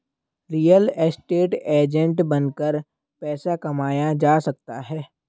real estate agent बनकर पैसा कमाया जा सकता है